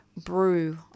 brew